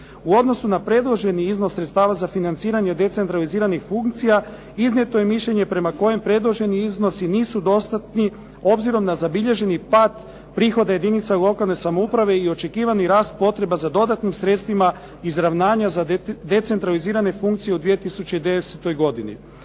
U odnosu na predloženi iznos sredstava za financiranje decentraliziranih funkcija iznijeto je mišljenje prema kojem predloženi iznosi nisu dostatni obzirom na zabilježeni pad prihoda jedinica lokalne samouprave i očekivani rast potreba za dodatnim sredstvima izravnanja za decentralizirane funkcije u 2010. godini.